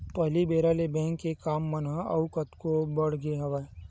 पहिली बेरा ले बेंक के काम मन ह अउ कतको बड़ गे हवय